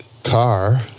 Car